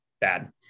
Bad